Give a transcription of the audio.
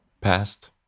past